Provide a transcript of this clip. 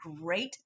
great